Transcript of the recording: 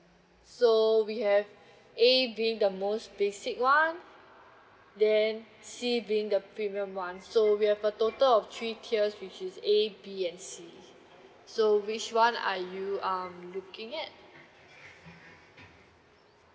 so we have A being the most basic one then C being the premium one so we have a total of three tiers which is A B and C so which one are you um looking at